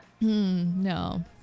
no